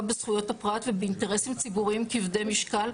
בזכויות הפרט ובאינטרסים ציבוריים כבדי משקל,